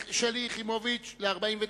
שלי יחימוביץ, לסעיף 49?